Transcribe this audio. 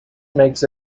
makes